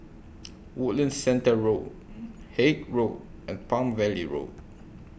Woodlands Centre Road Haig Road and Palm Valley Road